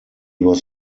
was